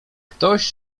ktoś